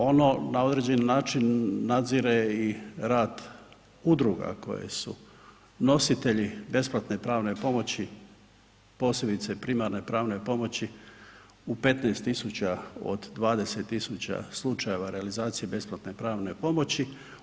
Ono na određeni način nadzire i rad udruga koje su nositelji besplatne pravne pomoći posebice primarne pravne pomoći u 15 tisuća od 20 tisuća slučajeva realizacije besplatne pravne pomoći.